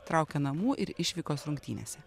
traukia namų ir išvykos rungtynėse